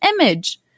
image